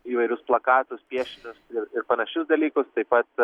įvairius plakatus piešinius ir panašius dalykus taip pat